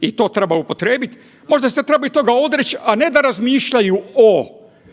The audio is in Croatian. i to treba upotrijebit. Možda se treba toga odreć, a ne da razmišljaju o